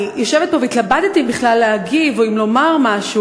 אני יושבת פה והתלבטתי אם בכלל להגיב או אם לומר משהו.